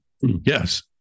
yes